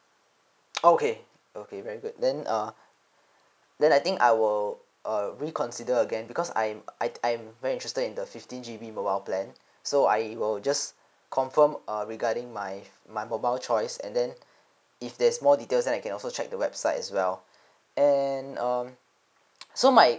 okay okay very good then uh then I think I will uh reconsider again because I'm I I'm very interested in the fifty G_B mobile plan so I will just confirm uh regarding my f~ my mobile choice and then if there's more details I can also check the website as well and um so my